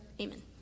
amen